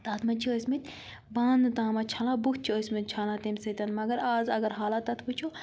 تَتھ منٛز چھِ ٲسۍ مٕتۍ بانہٕ تامَتھ چھَلان بُتھ چھِ ٲسۍ مٕتۍ چھَلان تمہِ سۭتۍ مگر آز اگر حالات تَتھ وٕچھو